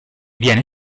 viene